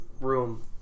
room